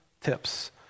tips